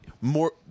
more